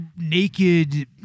naked